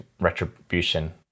retribution